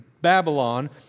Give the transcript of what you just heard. Babylon